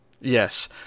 Yes